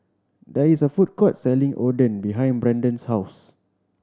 there is a food court selling Oden behind Brandan's house